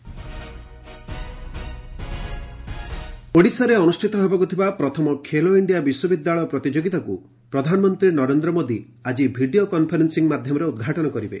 Khelo India university games ଓଡ଼ିଶାରେ ଅନୁଷ୍ଠିତ ହେବାକୁ ଥିବା ପ୍ରଥମ ଖେଲୋ ଇଣ୍ଡିଆ ବିଶ୍ୱବିଦ୍ୟାଳୟ ପ୍ରତିଯୋଗିତାକୁ ପ୍ରଧାନମନ୍ତ୍ରୀ ନରେନ୍ଦ୍ର ମୋଦି ଆକି ଭିଡ଼ିଓ କନ୍ଫରେନ୍ସିଂ ମାଧ୍ୟମରେ ଉଦ୍ଘାଟନ କରିବେ